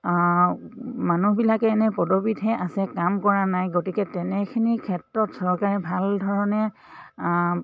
মানুহবিলাকে এনে পদবীতহে আছে কাম কৰা নাই গতিকে তেনেখিনিৰ ক্ষেত্ৰত চৰকাৰে ভাল ধৰণে